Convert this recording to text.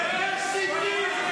הוא כבר הפריך את השקר שלכם.